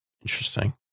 Interesting